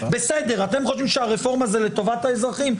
בסדר, אתם חושבים שהרפורמה זה לטובת האזרחים?